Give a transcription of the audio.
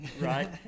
right